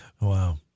Wow